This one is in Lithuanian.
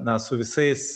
na su visais